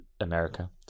America